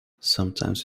sometimes